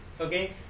okay